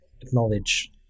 acknowledge